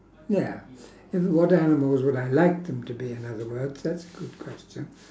ya it's what animals would I like them to be in other words that's a good question